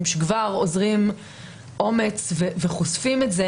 הם כבר אוזרים אומץ וחושפים את זה